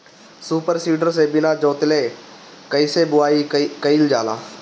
Super seeder से बीना जोतले कईसे बुआई कयिल जाला?